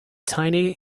tiny